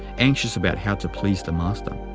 anxious about how to please the master.